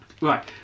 Right